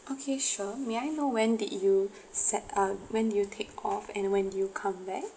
okay sure may I know when did you set uh when did you take off and when did you come back